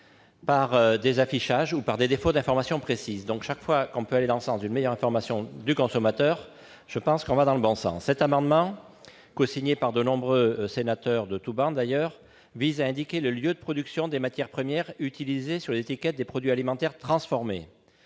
par des affichages ou par défaut d'information précise. Chaque fois que l'on peut aller dans le sens d'une meilleure information du consommateur, on va dans le bon sens ! Cet amendement, cosigné par de nombreux sénateurs de tous bords, vise à indiquer le lieu de production des matières premières utilisées sur l'étiquette des produits alimentaires transformés.